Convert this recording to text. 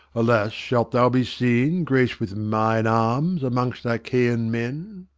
alas, shalt thou be seen graced with mine arms amongst achaean men?